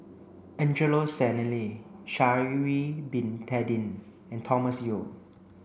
Angelo Sanelli Sha'ari bin Tadin and Thomas Yeo